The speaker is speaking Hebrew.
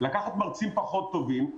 לקחת מרצים פחות טובים,